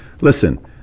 listen